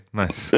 nice